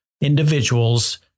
individuals